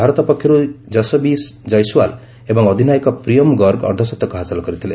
ଭାରତ ପକ୍ଷରୁ ୟଶବୀ ଜୟସ୍ୱାଲ ଏବଂ ଅଧିନାୟକ ପ୍ରିୟମ୍ ଗର୍ଗ ଅର୍ଦ୍ଧଶତକ ହାସଲ କରିଥିଲେ